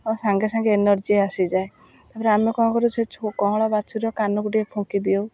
ଆଉ ସାଙ୍ଗେ ସାଙ୍ଗେ ଏନର୍ଜି ଆସିଯାଏ ତା'ପରେ ଆମେ କ'ଣ କରୁ ସେ ଛୁ କଅଁଳ ବାଛୁରୀର କାନକୁ ଟିକେ ଫୁଙ୍କି ଦିଉ